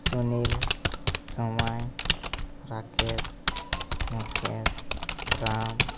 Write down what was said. Sunil Somai Rakesh Mukesh Ram